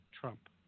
Trump